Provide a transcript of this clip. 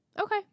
Okay